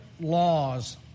laws